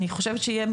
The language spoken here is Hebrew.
דיון